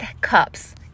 cups